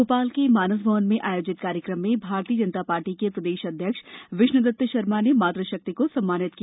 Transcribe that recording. भोपाल के मानस भवन में आयोजित कार्यक्रम में भारतीय जनता पार्टी के प्रदेश अध्यक्ष विष्णुदत्त शर्मा ने मातृशक्ति को सम्मानित किया